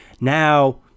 now